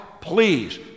Please